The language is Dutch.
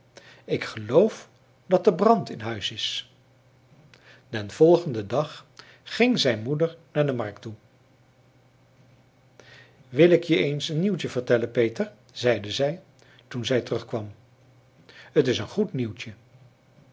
ik geloof dat er brand in huis is den volgenden dag ging zijn moeder naar de markt toe wil ik je eens een nieuwtje vertellen peter zeide zij toen zij terugkwam het is een goed nieuwtje